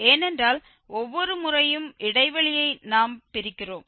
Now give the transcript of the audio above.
ஏனென்றால் ஒவ்வொரு முறையும் இடைவெளியை நாம் பிரிக்கிறோம்